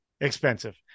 expensive